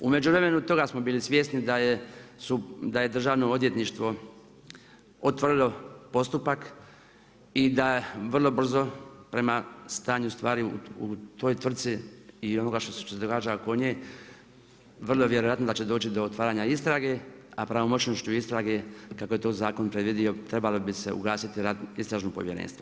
U međuvremenu, toga smo bili svjesni, da je državno odvjetništvo otvorilo postupak i da vrlo brzo prema stanje stvari u toj tvrtki i onog što se događa oko nje, vrlo je vjerojatno da će doći do otvaranje istrage, a pravomoćnošću istrage, kako je to zakon predvidio, trebalo bi se ugasiti rad istražnog povjerenstva.